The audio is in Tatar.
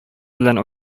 белән